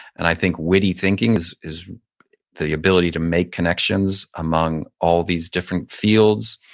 and i think witty thinking is is the ability to make connections among all these different fields,